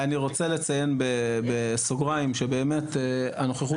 אני רוצה לציין בסוגריים שבאמת הנוכחות